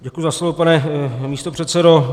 Děkuji za slovo, pane místopředsedo.